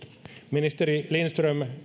ministeri lindström